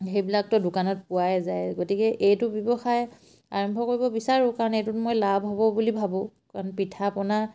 সেইবিলাকতো দোকানত পোৱাই যায় গতিকে এইটো ব্যৱসায় আৰম্ভ কৰিব বিচাৰোঁ কাৰণ এইটোত মই লাভ হ'ব বুলি ভাবোঁ কাৰণ পিঠা পনা